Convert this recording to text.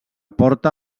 porta